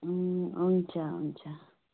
हुन्छ हुन्छ हुन्छ